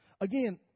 Again